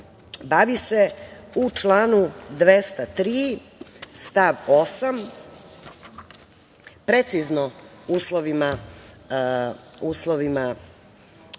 bavi se u članu 203. stav 8. precizno uslovima